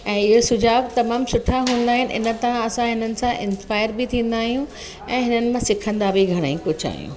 ऐं इहो सुझाव तमामु सुठा हूंदा आहिनि ऐं इन तां असां हिननि सां इंस्पायर बि थींदा आहियूं ऐं हिननि मां सिखंदा बि घणेई कुझु आहियूं